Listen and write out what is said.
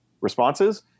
responses